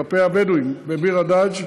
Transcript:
כלפי הבדואים בביר-הדאג'.